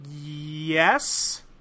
Yes